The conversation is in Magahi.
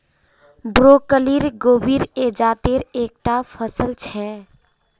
ब्रोकली गोभीर जातेर एक टा फसल छे